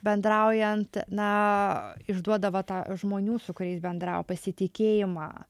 bendraujant na išduodavo tą žmonių su kuriais bendravo pasitikėjimą